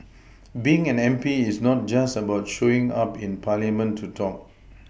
being an M P is not just about showing up in parliament to talk